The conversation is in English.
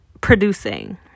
producing